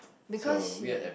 because she